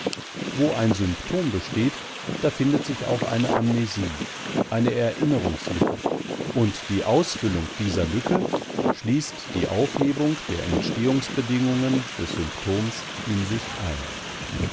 wo ein symptom besteht da findet sich auch eine amnesie eine erinnerungslücke und die ausfüllung dieser lücke schließt die aufhebung der entstehungsbedingungen des symptoms in sich ein